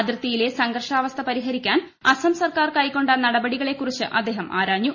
അതിർത്തിയിലെ സംഘർഷാവസ്ഥ പരിഹരിക്കാൻ അസം സർക്കാർ കൈക്കൊണ്ട നടപടികളെക്കുറിച്ച് അദ്ദേഹം ആരാഞ്ഞു